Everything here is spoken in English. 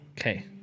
Okay